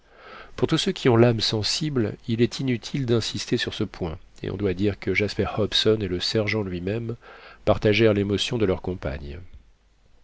pour tous ceux qui ont l'âme sensible il est inutile d'insister sur ce point et on doit dire que jasper hobson et le sergent lui-même partagèrent l'émotion de leur compagne